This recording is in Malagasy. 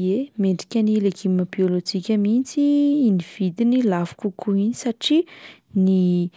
Ie, mendrika ny legioma biôlôjika mihitsy iny vidiny lafo kokoa iny satria ny